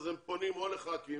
הם פונים או לחברי הכנסת